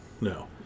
no